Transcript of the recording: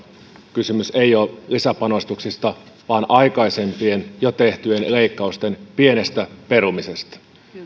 kysymys ei ole lisäpanostuksista vaan aikaisempien jo tehtyjen leikkausten pienestä perumisesta